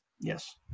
Yes